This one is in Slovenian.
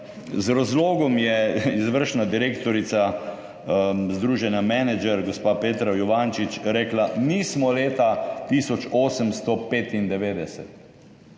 Z razlogom je izvršna direktorica Združenja Manager, gospa Petra Juvančič, rekla: »Nismo leta 1895.«